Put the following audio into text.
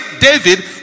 David